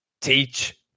teach